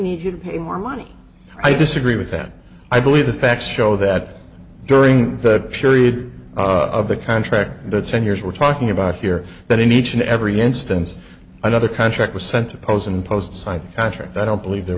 need to pay more money i disagree with that i believe the facts show that during the period of the contract the ten years we're talking about here that in each and every instance another contract was sent to posen post signed a contract i don't believe there